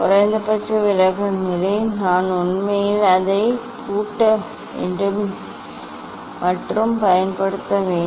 குறைந்தபட்ச விலகல் நிலை நான் உண்மையில் அதை பூட்ட வேண்டும் மற்றும் பயன்படுத்த வேண்டும்